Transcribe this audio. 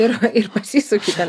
ir ir pasisuki ten